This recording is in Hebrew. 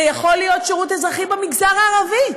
זה יכול להיות שירות אזרחי במגזר הערבי,